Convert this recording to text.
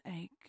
ache